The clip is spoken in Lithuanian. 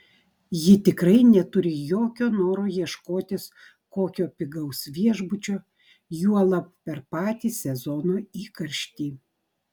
ji tikrai neturi jokio noro ieškotis kokio pigaus viešbučio juolab per patį sezono įkarštį